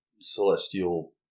Celestial